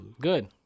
Good